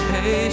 Hey